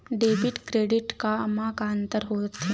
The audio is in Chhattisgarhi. डेबिट क्रेडिट मा का अंतर होत हे?